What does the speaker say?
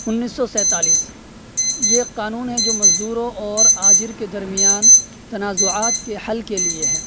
انیس سو سینتالیس یہ قانون ہے جو مزدوروں اور آجر کے درمیان تنازعات کے حل کے لیے ہے